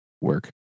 work